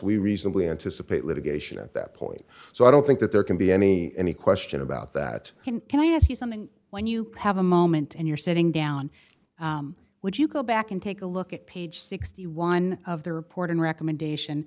we reasonably anticipate litigation at that point so i don't think that there can be any any question about that can i ask you something when you have a moment and you're sitting down would you go back and take a look at page sixty one of the report and recommendation